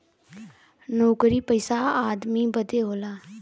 नउकरी पइसा आदमी बदे होला